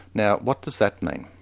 now what does that mean?